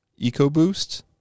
EcoBoost